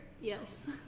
Yes